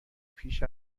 پیش